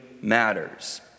matters